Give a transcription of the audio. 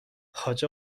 حاج